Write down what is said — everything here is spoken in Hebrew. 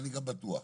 אני בטוח,